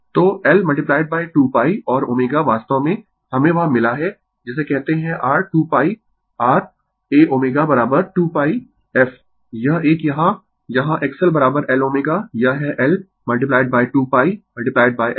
तो L 2 pi और ω वास्तव में हमें वह मिला है जिसे कहते है r2 pi r aω 2 pi f यह एक यहाँ यहाँ X L Lω यह है L 2 पाई f